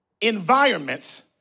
environments